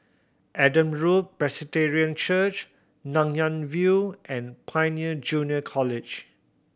Adam Road Presbyterian Church Nanyang View and Pioneer Junior College